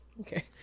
Okay